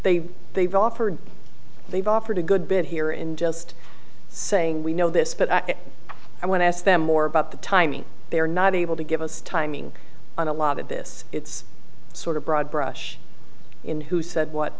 they they've offered they've offered a good bit here in just saying we know this but i want to ask them more about the timing they are not able to give us timing on a lot of this sort of broad brush in who said what